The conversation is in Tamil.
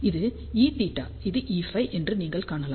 இது Eθ இது Eφ என்று நீங்கள் காணலாம்